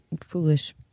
foolish